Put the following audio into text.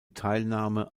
teilnahme